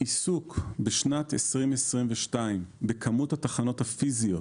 העיסוק בכמות התחנות הפיזיות